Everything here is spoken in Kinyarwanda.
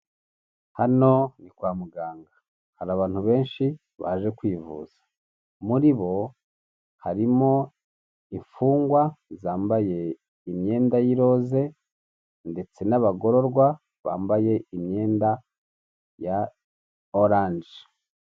Hano ni kwa muganga hari abantu benshi baje kwivuza muri bo harimo imfungwa zambaye imyenda y'iroze ndetse n'abagororwa bambaye imyenda ya oranje.